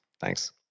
thanks